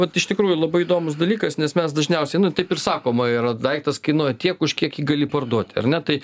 vat iš tikrųjų labai įdomus dalykas nes mes dažniausiai taip ir sakoma yra daiktas kainuoja tiek už kiek jį gali parduoti ar ne tai